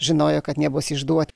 žinojo kad nebus išduot